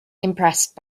impressed